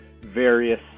various